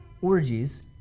orgies